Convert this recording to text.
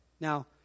Now